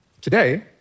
Today